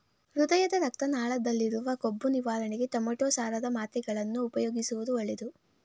ಹೃದಯದ ರಕ್ತ ನಾಳದಲ್ಲಿರುವ ಕೊಬ್ಬು ನಿವಾರಣೆಗೆ ಟೊಮೆಟೋ ಸಾರದ ಮಾತ್ರೆಗಳನ್ನು ಉಪಯೋಗಿಸುವುದು ಒಳ್ಳೆದು